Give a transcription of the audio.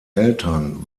eltern